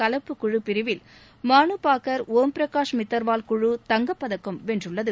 கலப்பு குழு பிரிவில் மானு பாக்கா் ஒம் பிரகாஷ் மித்தாவால் குழு தங்கப்பதக்கம் வென்றுள்ளது